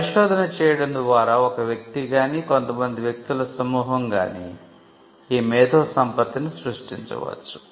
పరిశోధన చేయడం ద్వారా ఒక వ్యక్తి గానీ కొంత మంది వ్యక్తుల సమూహం గానీ ఈ మేధోసంపత్తిని సృష్టించవచ్చు